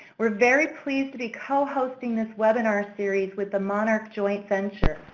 we're very pleased to be co-hosting this webinar series with the monarch joint venture.